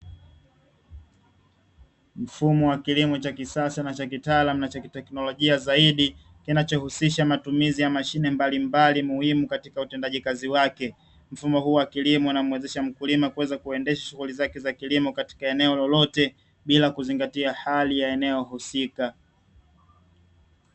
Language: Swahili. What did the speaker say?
Mfumo wa kilimo cha kisasa na cha kitaalamu na chakiteknolojia zaidi, kinachohusisha matumizi ya mashine mbalimbali muhimu katika utendaji kazi wake, mfumo huu wa kilimo kuweza kuendesha shughuli zake za kilimo katika eneo lolote bila kuzingatia hali ya eneo husika.